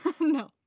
no